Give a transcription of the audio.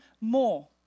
more